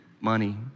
money